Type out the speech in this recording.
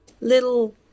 little